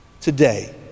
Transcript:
Today